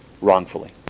wrongfully